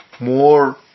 more